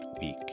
week